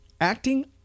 acting